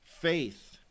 faith